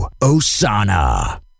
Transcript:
Osana